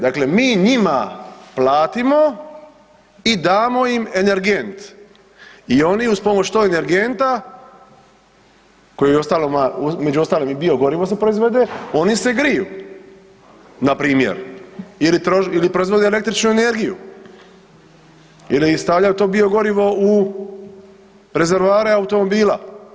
Dakle, mi njima platimo i damo im energent i oni uz pomoć tog energenta koji je među ostalom i biogorivo se proizvode oni se griju na primjer ili proizvode električnu energiju ili stavljaju to biogorivo u rezervoare automobila.